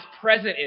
present